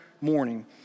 morning